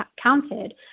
counted